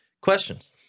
questions